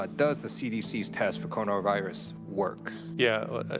but does the cdc's test for coronavirus work? yeah, ah,